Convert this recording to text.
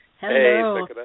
Hello